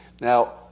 Now